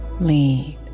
lead